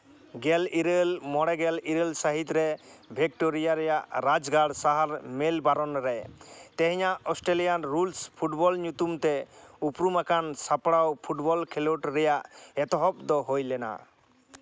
ᱜᱮᱞ ᱤᱨᱟᱹᱞ ᱢᱚᱬᱮᱜᱮᱞ ᱤᱨᱟᱹᱞ ᱥᱟᱹᱦᱤᱛ ᱨᱮ ᱵᱷᱮᱠᱴᱳᱨᱤᱭᱟ ᱨᱮᱭᱟᱜ ᱨᱟᱡᱽᱜᱟᱲ ᱥᱟᱦᱟᱨ ᱢᱮᱞ ᱵᱚᱨᱱᱨᱮ ᱛᱮᱦᱮᱧᱟᱜ ᱚᱥᱴᱨᱮᱞᱤᱭᱟᱱ ᱨᱩᱞᱥ ᱯᱷᱩᱴᱵᱚᱞ ᱧᱩᱛᱩᱢᱠ ᱛᱮ ᱩᱯᱨᱩᱢ ᱟᱠᱟᱱ ᱥᱟᱯᱲᱟᱣ ᱯᱷᱩᱴᱵᱚᱞ ᱠᱷᱮᱞᱳᱰ ᱨᱮᱭᱟᱜ ᱮᱛᱚᱦᱚᱵ ᱫᱚ ᱦᱩᱭ ᱞᱮᱱᱟ